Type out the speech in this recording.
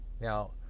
now